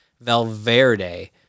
Valverde